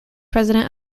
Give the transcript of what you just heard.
president